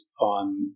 on